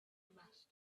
masters